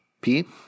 Pete